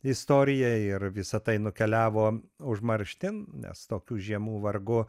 istorija ir visa tai nukeliavo užmarštin nes tokių žiemų vargu